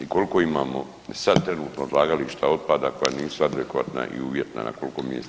i koliko imamo sad trenutno odlagališta otpada koja nisu adekvatna i uvjetna na koliko mjesta.